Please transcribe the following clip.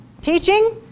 teaching